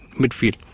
midfield